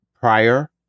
prior